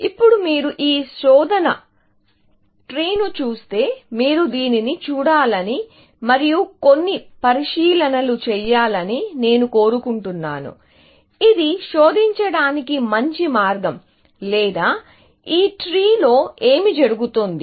ఇప్పుడు మీరు ఈ శోధన ట్రీను చూస్తే మీరు దీనిని చూడాలని మరియు కొన్ని పరిశీలనలు చేయాలని నేను కోరుకుంటున్నాను ఇది శోధించడానికి మంచి మార్గం లేదా ఈ ట్రీలో ఏమి జరుగుతోంది